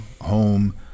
home